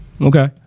Okay